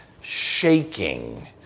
shaking